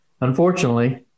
Unfortunately –